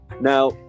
Now